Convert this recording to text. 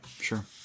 Sure